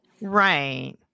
Right